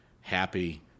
happy